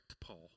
Paul